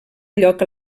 lloc